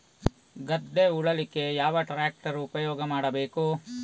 ಗದ್ದೆ ಉಳಲಿಕ್ಕೆ ಯಾವ ಟ್ರ್ಯಾಕ್ಟರ್ ಉಪಯೋಗ ಮಾಡಬೇಕು?